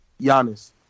Giannis